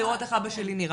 לראות איך אבא שלי נראה.